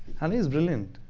honey's brilliant.